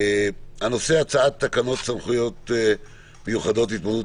על סדר היום הצעת תקנות סמכויות מיוחדות להתמודדות